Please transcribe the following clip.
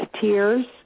tears